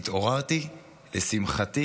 והתעוררתי לשמחתי